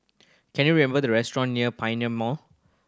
can you the restaurant near Pioneer Mall